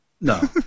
No